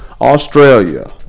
Australia